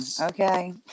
Okay